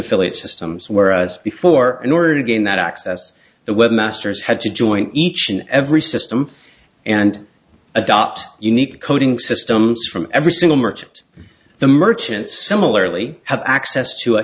affiliate systems whereas before in order to gain that access the webmasters had to join each and every system and adopt unique coding systems from every single merchant the merchant similarly have access to a